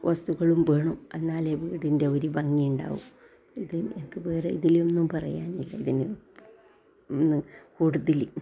വസ്തുക്കളും വേണം എന്നാലേ വീടിൻ്റെ ഒരു ഭംഗി ഉണ്ടാവു ഇത് എനിക്ക് ഇതിൽ വേറൊന്നും പറയാനില്ലതിന് കൂടുതൽ